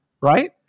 right